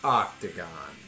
octagon